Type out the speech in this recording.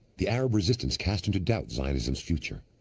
the arab resistance cast into doubt zionism's future.